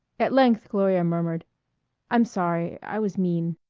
at length gloria murmured i'm sorry i was mean.